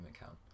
account